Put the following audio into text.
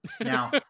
Now